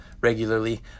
regularly